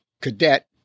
cadet